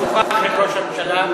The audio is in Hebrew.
הוא שוחח עם ראש הממשלה,